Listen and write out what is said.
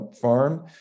farm